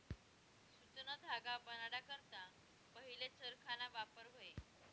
सुतना धागा बनाडा करता पहिले चरखाना वापर व्हये